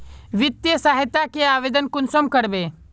वित्तीय सहायता के आवेदन कुंसम करबे?